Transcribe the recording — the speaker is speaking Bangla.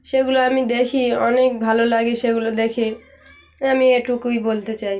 সেগুলো আমি দেখি অনেক ভালো লাগে সেগুলো দেখে আমি এটুকুই বলতে চাই